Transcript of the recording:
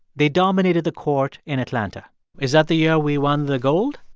they dominated the court in atlanta is that the year we won the gold?